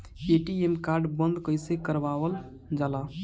ATM card बन्द कईसे करावल जाला?